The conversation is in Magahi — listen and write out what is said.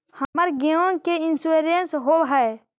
हमर गेयो के इंश्योरेंस होव है?